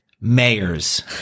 Mayors